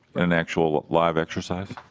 an actual live exercise?